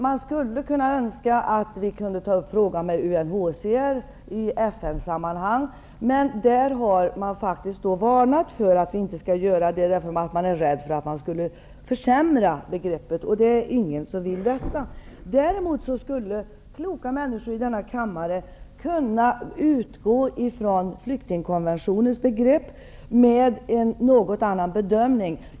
Vi skulle kunna önska att vi kunde ta upp frågan med UNHCR i FN-sammanhang, men där har man faktiskt varnat för att göra det. Man är rädd för att det skulle försämra begreppet, och det är ingen som vill detta. Däremot skulle kloka människor i denna kammare kunna utgå ifrån flyktingkonventionens begrepp med en något annan bedömning.